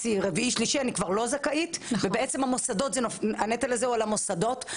אני כבר לא זכאית והנטל נופל על המוסדות.